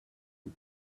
you